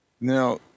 Now